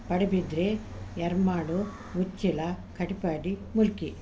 Padubidri Ermal Uchila Katapady Mulki